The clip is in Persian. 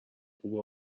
خوبه